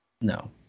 No